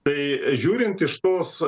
tai žiūrint iš tos